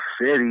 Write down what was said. city